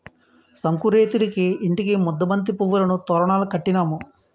సంకురేతిరికి ఇంటికి ముద్దబంతి పువ్వులను తోరణాలు కట్టినాము